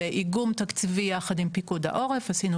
באיגום תקציבי יחד עם פיקוד העורף עשינו